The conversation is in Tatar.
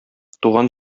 туган